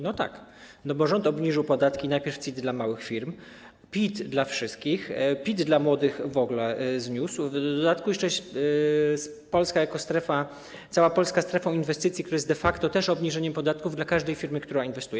No tak, bo rząd obniżył podatki najpierw CIT dla małych firm, PIT dla wszystkich, PIT dla młodych w ogóle zniósł, w dodatku jeszcze Polska jako strefa inwestycji, cała Polska strefą inwestycji, która jest de facto też obniżeniem podatków dla każdej firmy, która inwestuje.